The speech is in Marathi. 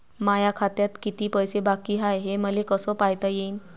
माया खात्यात किती पैसे बाकी हाय, हे मले कस पायता येईन?